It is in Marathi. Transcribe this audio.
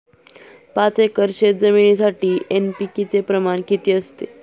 पाच एकर शेतजमिनीसाठी एन.पी.के चे प्रमाण किती असते?